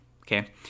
okay